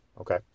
Okay